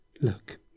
Look